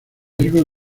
riesgo